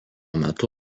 metu